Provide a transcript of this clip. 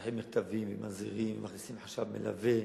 שולחים מכתבים ומזהירים, ומכניסים חשב מלווה,